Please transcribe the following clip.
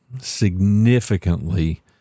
significantly